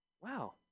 Wow